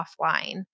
offline